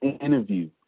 interview